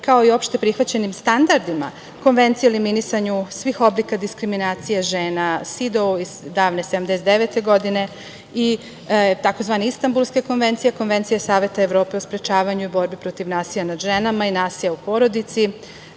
kao i opšte prihvaćenim standardima, Konvencije o eliminisanju svih oblika diskriminacije žena, davne 1979. godine i tzv. Istambulske konvencije, Konvencije Saveta Evrope o sprečavanju borbe protiv nasilja nad ženama i nasilja u porodici.